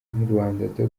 rwanda